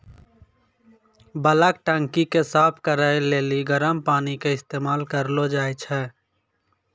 bulk टंकी के साफ करै लेली गरम पानी के इस्तेमाल करलो जाय छै